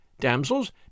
damsels